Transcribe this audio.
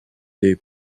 des